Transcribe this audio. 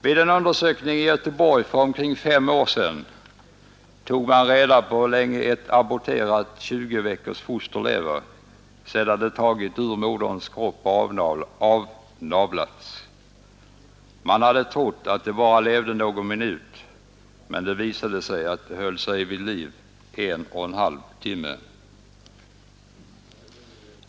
Vid en undersökning i Göteborg för omkring fem år sedan tog man reda på hur länge ett aborterat 20-veckors foster lever, sedan det tagits ur moderns kropp och avnavlats. Man hade trott att det bara levde någon minut, men det visade sig att det höll sig vid liv en och en halv timme.